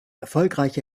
erfolgreiche